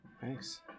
Thanks